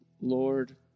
Lord